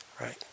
Right